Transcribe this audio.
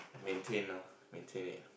maintain ah maintain it